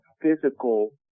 physical